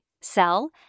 sell